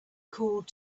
called